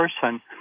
person